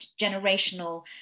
generational